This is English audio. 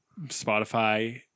Spotify